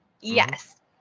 yes